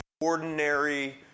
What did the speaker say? ordinary